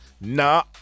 nah